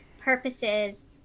purposes